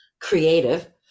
creative